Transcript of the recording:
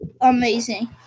Amazing